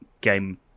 game